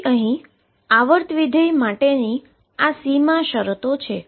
તેથી અહીં પીરીઓડીસીટી વિધેય માટેની આ બાઉન્ડ્રી કંડીશન છે